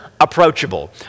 approachable